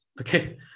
Okay